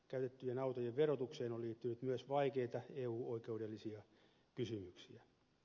käytettyjen autojen verotukseen on liittynyt myös vaikeita eu oikeudellisia kysymyksiä